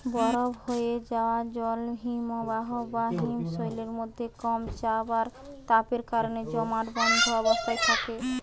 বরফ হোয়ে যায়া জল হিমবাহ বা হিমশৈলের মধ্যে কম চাপ আর তাপের কারণে জমাটবদ্ধ অবস্থায় থাকে